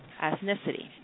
ethnicity